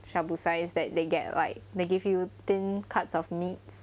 shabu sai that they get like they give you thin cuts of meats